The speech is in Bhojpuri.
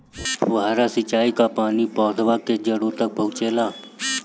फुहारा सिंचाई का पानी पौधवा के जड़े तक पहुचे ला?